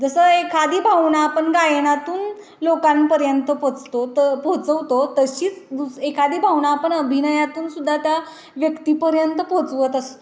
जसं एखादी भावना आपण गायनातून लोकांपर्यंत पोचतो त पोचवतो तशीच दुस एखादी भावना आपण अभिनयातूनसुद्धा त्या व्यक्तीपर्यंत पोचवत असतो